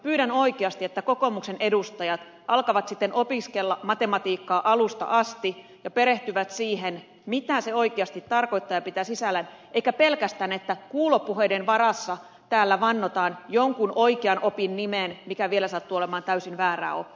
pyydän oikeasti että kokoomuksen edustajat alkavat opiskella matematiikkaa alusta asti ja perehtyvät siihen mitä se oikeasti tarkoittaa ja pitää sisällään eikä pelkästään kuulopuheiden varassa täällä vannota jonkun oikean opin nimeen mikä vielä sattuu olemaan täysin väärää oppia